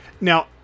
Now